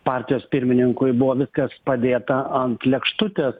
partijos pirmininkui buvo viskas padėta ant lėkštutės